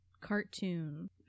cartoon